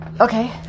Okay